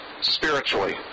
spiritually